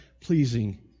pleasing